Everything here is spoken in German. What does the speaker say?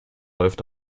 läuft